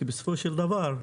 כי בסופו של דבר,